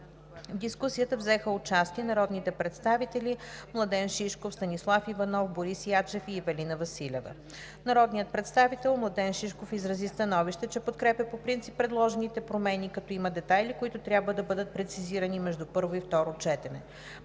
В дискусията взеха участие народните представители Младен Шишков, Станислав Иванов, Борис Ячев и Ивелина Василева. Народният представител Младен Шишков изрази становище, че подкрепя по принцип предложените промени, като има детайли, които трябва да бъдат прецизирани между първо и второ четене.